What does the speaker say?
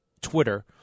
Twitter